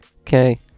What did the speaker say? Okay